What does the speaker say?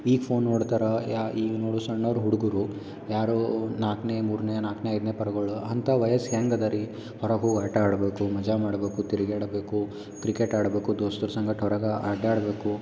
ಈಗ ಫೋನ್ ನೋಡ್ತಾರೆ ಯಾ ಈಗ ನೋಡು ಸಣ್ಣವರು ಹುಡುಗರು ಯಾರೋ ನಾಲ್ಕನೇ ಮೂರನೇ ನಾಲ್ಕನೇ ಐದನೇ ಪರಗಳು ಅಂಥ ವಯಸ್ಸು ಹ್ಯಾಂಗೆ ಅದ ರೀ ಹೊರಗೆ ಹೋಗಿ ಆಟ ಆಡಬೇಕು ಮಜಾ ಮಾಡ್ಬೇಕು ತಿರುಗಾಡ್ಬೇಕು ಕ್ರಿಕೆಟ್ ಆಡಬೇಕು ದೋಸ್ತರ ಸಂಗಾಟ ಹೊರಗೆ ಅಡ್ಯಾಡಬೇಕು